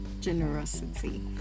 generosity